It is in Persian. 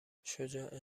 شجاع